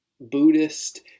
Buddhist